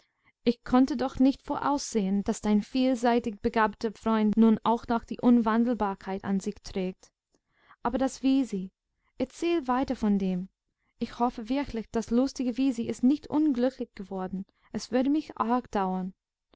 ich konnte doch nicht voraussehen daß dein vielseitig begabter freund nun auch noch die unwandelbarkeit an sich trägt aber das wisi erzähl weiter von dem ich hoffe wirklich das lustige wisi ist nicht unglücklich geworden es würde mich arg dauern